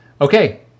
Okay